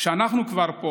כשאנחנו כבר פה,